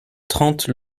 trente